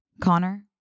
Connor